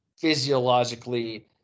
physiologically